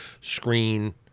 screen